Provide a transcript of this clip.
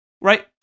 right